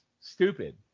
stupid